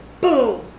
Boom